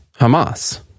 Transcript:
Hamas